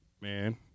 man